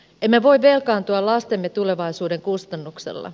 emme voi velkaantua lastemme tulevaisuuden kustannuksella